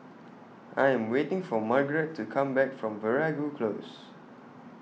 I Am waiting For Margarett to Come Back from Veeragoo Close